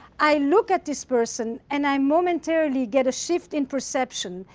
i look at this person and i momentarily get a shift in perception,